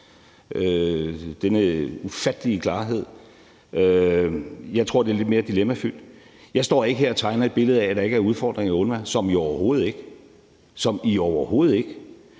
denne ufattelige klarhed. Jeg tror, at det er lidt mere dilemmafyldt. Jeg står ikke her og tegner et billede af, at der ikke er udfordringer i UNRWA – som i overhovedet ikke! – men situationen